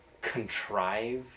contrive